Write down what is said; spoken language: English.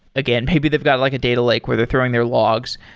again, maybe they've got like a data lake where they're throwing their logs,